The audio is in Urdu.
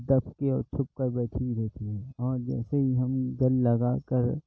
دب کے اور چھپ کر بیٹھی ہوئی رہتی ہے اور جیسے ہی ہم گل لگا کر